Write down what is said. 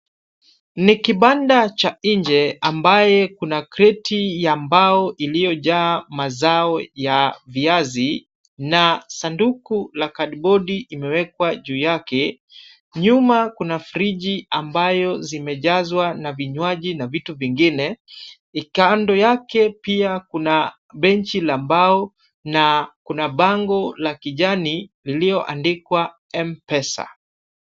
Ni kibanda cha nje ambaye kuna kreti ya mbao iliyojaa mazao ya viazi na sanduku la kadibodi imewekwa juu yake. Nyuma kuna friji ambazo zimejazwa na vinywaji na vitu vingine. Kando yake pia kuna benchi la bao na kuna bango la kijani iliyoandikwa M-Pesa.